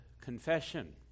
confession